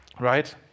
right